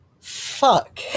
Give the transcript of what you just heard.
Fuck